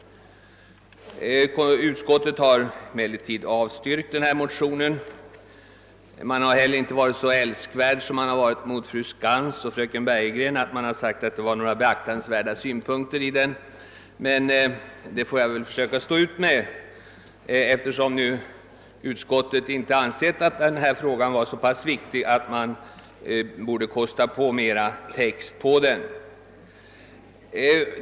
Utskottet har inte tillstyrkt motionen och inte heller haft älskvärdheten att — som då det gäller det motionspar fru Skantz nyss talade för — uttala att motionen innehåller några beaktansvärda synpunkter. Men jag får väl försöka stå ut med detta eftersom utskottet inte ansett ärendet vara så pass viktigt att utskottet kunnat offra mera text på det.